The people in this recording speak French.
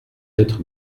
être